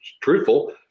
truthful